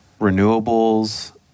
Renewables